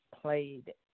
played